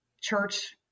church